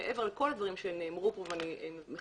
מעבר לכל הדברים שנאמרו פה ואני מחזקת